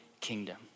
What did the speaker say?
kingdom